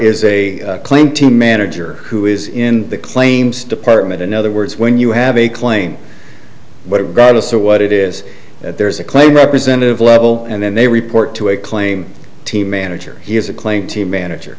a claim team manager who is in the claims department in other words when you have a claim what it got us or what it is that there's a claim representative level and then they report to a claim team manager has a claim team manager